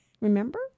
remember